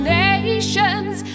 nations